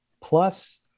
plus